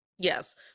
Yes